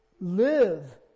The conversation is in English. live